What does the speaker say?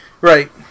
Right